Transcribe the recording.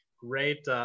Great